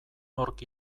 nork